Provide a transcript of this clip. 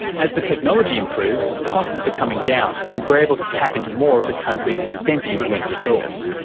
as the technology improves, costs are coming down and we're able to tap into more of the country's extensive wind resource.